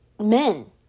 men